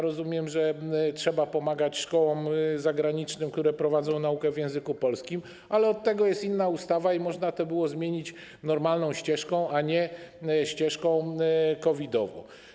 Rozumiem, że trzeba pomagać szkołom zagranicznym, które prowadzą naukę w języku polskim, ale od tego jest inna ustawa i można to było zmienić normalną ścieżką, a nie ścieżką COVID-ową.